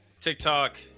TikTok